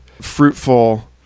fruitful